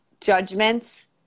judgments